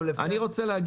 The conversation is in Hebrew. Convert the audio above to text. אני רוצה להגיד